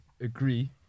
agree